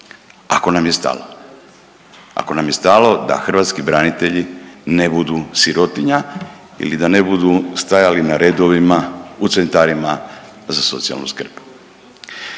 ako nam je stalo, ako nam je stalo da hrvatski branitelji ne budu sirotinja ili da ne budu stajali na redovima u centrima za socijalnu skrb.